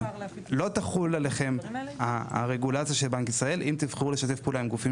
לא תחול עליכם הרגולציה של בנק ישראל אם תבחרו לשתף פעולה עם גופים